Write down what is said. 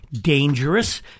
dangerous